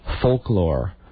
folklore